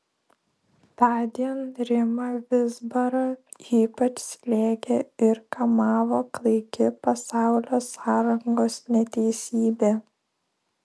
tądien rimą vizbarą ypač slėgė ir kamavo klaiki pasaulio sąrangos neteisybė